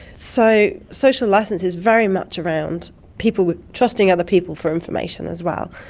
so social licence is very much around people trusting other people for information as well.